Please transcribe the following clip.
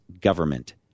government